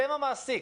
אתם המעסיק